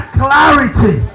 clarity